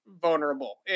vulnerable